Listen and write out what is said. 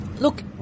Look